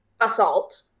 assault